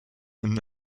and